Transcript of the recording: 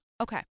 Okay